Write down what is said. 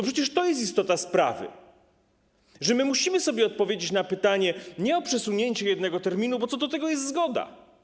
Przecież to jest istota sprawy - że musimy sobie odpowiedzieć na pytanie nie o przesunięcie jednego terminu, bo co do tego jest zgoda.